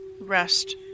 rest